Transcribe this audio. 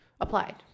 applied